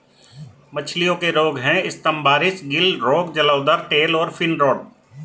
मछलियों के रोग हैं स्तम्भारिस, गिल रोग, जलोदर, टेल और फिन रॉट